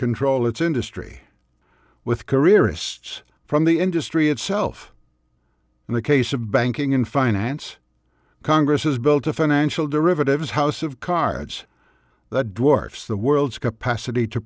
control its industry with careerists from the industry itself in the case of banking and finance congress has built a financial derivatives house of cards that dwarfs the world's capacity to